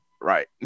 right